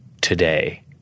today